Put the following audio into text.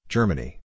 Germany